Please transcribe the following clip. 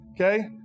Okay